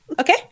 Okay